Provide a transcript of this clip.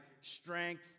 strength